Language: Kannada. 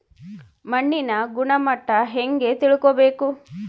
ಮಣ್ಣಿನ ಗುಣಮಟ್ಟ ಹೆಂಗೆ ತಿಳ್ಕೊಬೇಕು?